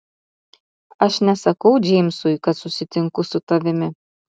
aš nesakau džeimsui kad susitinku su tavimi